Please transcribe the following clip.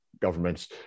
governments